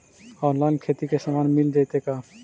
Online खेती के सामान मिल जैतै का?